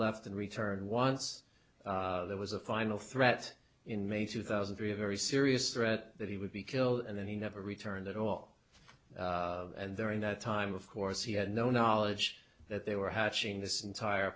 left and returned once there was a final threat in may two thousand three of every serious threat that he would be killed and then he never returned at all and there in that time of course he had no knowledge that they were hatching this entire